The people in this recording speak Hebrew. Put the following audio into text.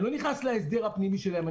אני לא נכנס להסדר הפנימי שלהם.